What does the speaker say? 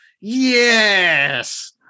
Yes